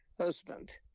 husband